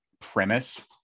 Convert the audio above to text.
premise